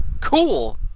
Cool